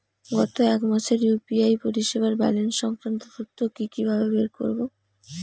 গত এক মাসের ইউ.পি.আই পরিষেবার ব্যালান্স সংক্রান্ত তথ্য কি কিভাবে বের করব?